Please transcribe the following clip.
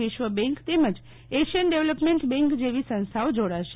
વિશ્વ બેન્ક તેમજ Asian development bank જેવી સંસ્થાઓ જોડાશે